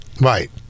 Right